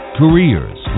careers